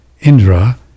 Indra